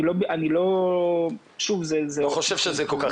אני לא חושב שזה תקין.